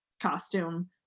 costume